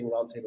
Roundtable